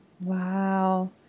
Wow